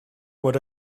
what